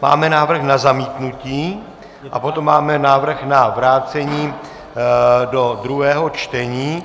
Máme návrh na zamítnutí a potom máme návrh na vrácení do druhého čtení.